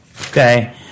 okay